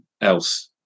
else